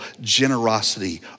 generosity